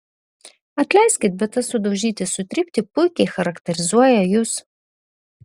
atleiskit bet tas sudaužyti sutrypti puikiai charakterizuoja jus